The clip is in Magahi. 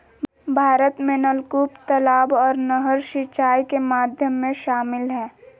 भारत में नलकूप, तलाब आर नहर सिंचाई के माध्यम में शामिल हय